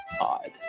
odd